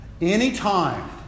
Anytime